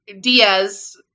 Diaz